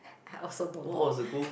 I also don't know